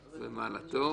ומעלתו.